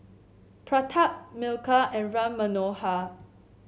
Pratap Milkha and Ram Manohar